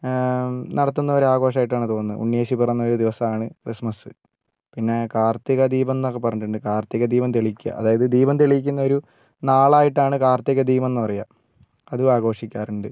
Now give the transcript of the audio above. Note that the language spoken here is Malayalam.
നടത്തുന്ന ഒരു ആഘോഷായിട്ടാണ് തോന്നുന്നത് ഉണ്ണിയേശു പിറന്നൊരു ദിവസമാണ് ക്രിസ്തുമസ് പിന്നെ കാർത്തികദീപം എന്നൊക്കെ പറഞ്ഞിട്ടുണ്ട് കാർത്തികദീപം തെളിയിക്കുക അതായത് ദീപം തെളിയിക്കുന്ന ഒരു നാളായിട്ടാണ് കാർത്തികദീപം എന്ന് പറയുക അതും ആഘോഷിക്കാറുണ്ട്